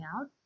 out